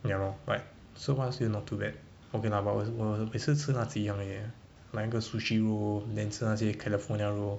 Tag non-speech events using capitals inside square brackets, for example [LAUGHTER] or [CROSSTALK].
ya lor but so far still not too bad okay lah but [LAUGHS] 我每次吃那几样而已 eh 那个 sushi roll then 吃那些 california roll